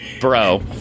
Bro